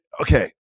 okay